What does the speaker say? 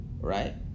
right